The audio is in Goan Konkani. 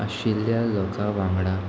आशिल्ल्या लोकां वांगडा